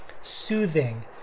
soothing